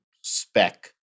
spec